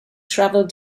travel